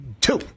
Two